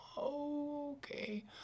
Okay